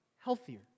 healthier